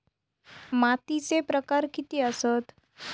मातीचे प्रकार किती आसत?